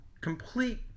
complete